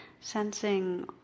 sensing